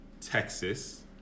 Texas